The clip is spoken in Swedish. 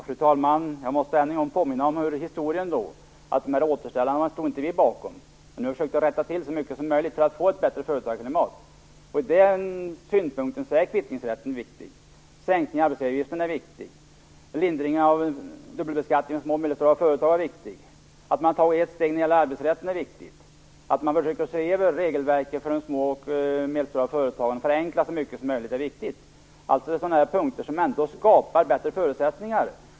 Fru talman! Jag måste än en gång påminna om historien - återställarna stod inte vi bakom. Nu har vi försökt att rätta till så mycket som möjligt för att få ett bättre företagarklimat. Ur den synpunkten är kvittningsrätten viktig, en sänkning av arbetsgivaravgifterna är viktig, lindring av dubbelbeskattningen för små och medelstora företag är viktig, att man har tagit ett steg när det gäller arbetsrätten är viktigt, att man ser över regelverken och förenklar så mycket som möjligt för de små och medelstora företagen är viktigt. Det är sådant som ändå skapar bättre förutsättningar.